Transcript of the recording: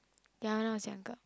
ya lah I was younger